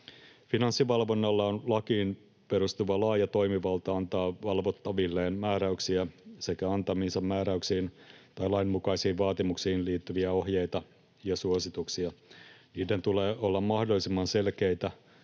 Finanssivalvonnalla on lakiin perustuva laaja toimivalta antaa valvottavilleen määräyksiä sekä antamiinsa määräyksiin tai lainmukaisiin vaatimuksiin liittyviä ohjeita ja suosituksia. Niiden tulee olla mahdollisimman selkeitä,